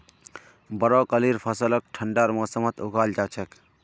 ब्रोकलीर फसलक ठंडार मौसमत उगाल जा छेक